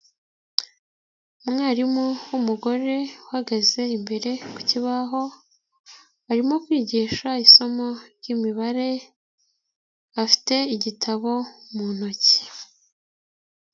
Umwarimu w'umugore uhagaze imbere ku kibaho, arimo kwigisha isomo ryimibare, afite igitabo mu ntoki.